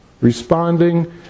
responding